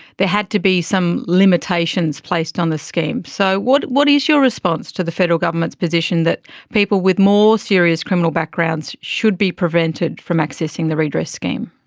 had to be some limitations placed on the scheme'. so what what is your response to the federal government's position that people with more serious criminal backgrounds should be prevented from accessing the redress scheme?